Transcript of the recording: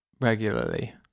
Regularly